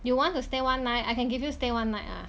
you want to stay one night I can give you stay one night ah